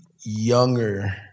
younger